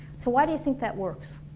so why do you think that works?